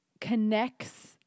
connects